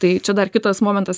tai čia dar kitas momentas